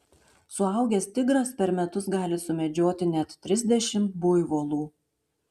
suaugęs tigras per metus gali sumedžioti net trisdešimt buivolų